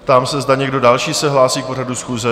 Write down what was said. Ptám se, zda někdo další se hlásí k pořadu schůze?